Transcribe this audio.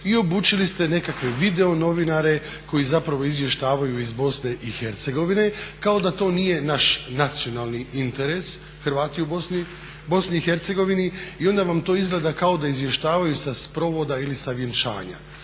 i obučili ste nekakve video-novinare koji zapravo izvještavaju iz BiH kao da to nije naš nacionalni interes Hrvata u BiH. I onda vam to izgleda kao da izvještavaju sa sprovoda ili sa vjenčanja.